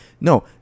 no